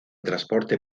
transporte